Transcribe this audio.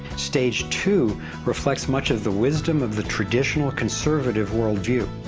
stage two reflects much of the wisdom of the traditional conservative worldview.